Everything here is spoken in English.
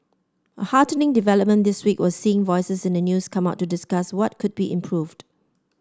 a heartening development this week was seeing voices in the news come out to discuss what could be improved